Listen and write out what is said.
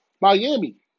Miami